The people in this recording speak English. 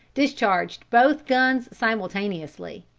discharged both guns simultaneously.